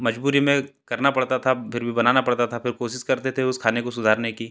मजबूरी में करना पड़ता था फिर भी बनाना पड़ता था फिर कोशिश करते थे उस खाने को सुधारने की